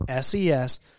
SES